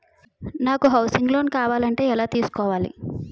నాకు housing loan కావాలంటే ఎలా తీసుకోవాలి?